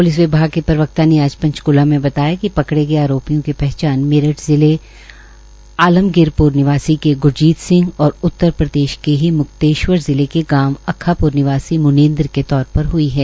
police विभाग के प्रवक्ता ने आज पंचक्ला में बताया कि पकडे गए आरोपियों की पहचान मेरठ जिले आलमगिरप्र निवासी के ग्रजीत सिंह और उत्तरप्रदेश के ही मुक्तेश्वर जिले के गांव अक्खाप्र निवासी मुनेन्द्र के तौर पर हई है